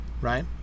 right